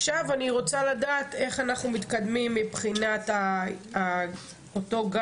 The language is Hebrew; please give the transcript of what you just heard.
עכשיו אני רוצה לדעת איך אנחנו מתקדמים מבחינת אותו גם